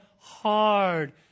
hard